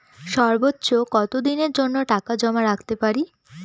সর্বোচ্চ কত দিনের জন্য টাকা জমা রাখতে পারি?